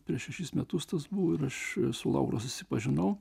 prieš šešis metus tas buvo ir aš su laura susipažinau